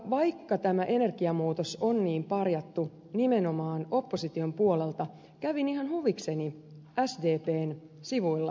vaikka tämä energiaverouudistus on niin parjattu nimenomaan opposition puolelta kävin ihan huvikseni sdpn sivuilla